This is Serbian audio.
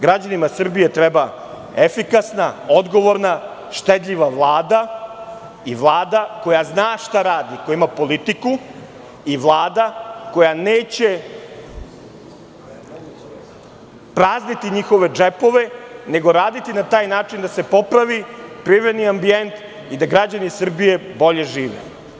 Građanima Srbije treba efikasna, odgovorna, štedljiva Vlada i Vlada koja zna šta radi, koja ima politiku i Vlada koja neće prazniti njihove džepove, nego raditi na taj način da se popraviprivredni ambijent i da građani Srbije bolje žive.